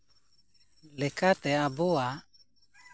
ᱞᱮᱠᱟᱛᱮ ᱟᱵᱚᱣᱟᱜ